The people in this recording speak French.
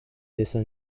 dessin